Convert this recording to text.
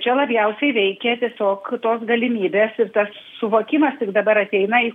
čia labiausiai veikia tiesiog tos galimybės ir tas suvokimas tik dabar ateina į